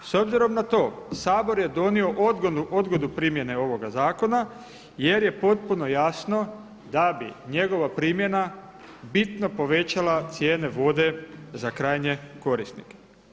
S obzirom na to Sabor je donio odgodu primjene ovoga zakona jer je potpuno jasno da bi njegova primjena bitno povećala cijene vode za krajnje korisnike.